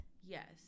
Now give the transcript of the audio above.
yes